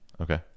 Okay